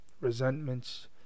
resentments